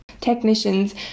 Technicians